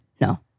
No